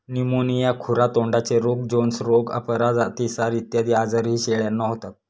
pneumonia, खुरा तोंडाचे रोग, जोन्स रोग, अपरा, अतिसार इत्यादी आजारही शेळ्यांना होतात